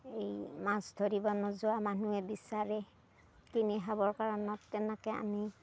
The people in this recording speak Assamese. এই মাছ ধৰিব নোযোৱা মানুহে বিচাৰে কিনি খাবৰ কাৰণত তেনেকৈ আমি